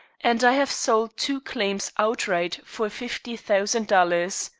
and i have sold two claims outright for fifty thousand dollars.